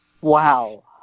Wow